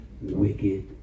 wicked